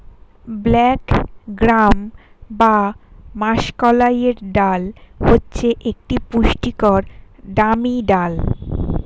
black gram বা মাষকলাইয়ের ডাল হচ্ছে একটি পুষ্টিকর দামি ডাল